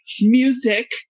music